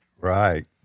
Right